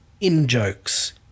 in-jokes